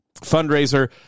fundraiser